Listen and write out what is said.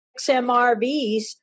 XMRVs